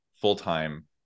full-time